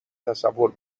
تصور